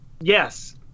yes